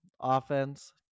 offense